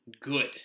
good